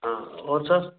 हाँ और सर